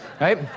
right